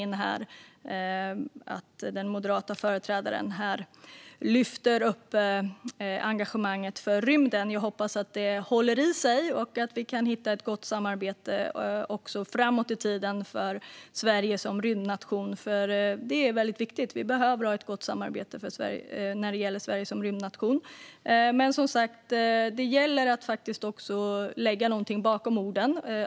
Jag hoppas att detta engagemang håller i sig och att vi kan hitta ett gott samarbete framöver för Sverige som rymdnation, för det är väldigt viktigt. Vi behöver ha ett gott samarbete när det gäller Sverige som rymdnation. Men som sagt gäller det faktiskt också att lägga någonting bakom orden.